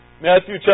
Matthew